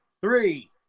Three